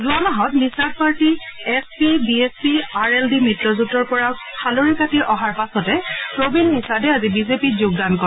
যোৱা মাহত Nishad party S P B S P R L D মিত্ৰজেঁটৰ পৰা ফালৰি কাটি অহাৰ পাছতে প্ৰবীণ নিশাদে আজি বিজেপিত যোগদান কৰে